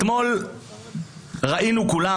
אתמול ראינו כולם,